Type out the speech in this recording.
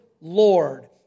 Lord